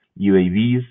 UAVs